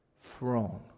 throne